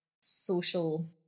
social